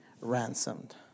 ransomed